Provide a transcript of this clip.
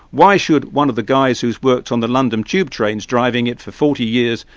why should one of the guys who's worked on the london tube trains driving it for forty years,